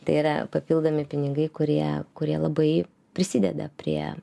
tai yra papildomi pinigai kurie kurie labai prisideda prie